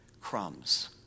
crumbs